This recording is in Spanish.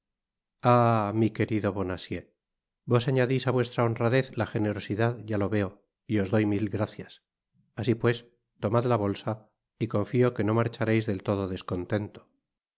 mi querido señor bonacieux vos añadis á vuestra honradez la generosidad ya lo veo y os doy mil gracias así pues tomad la bolsa y confio que no marchareis del todo descontento